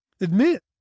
admit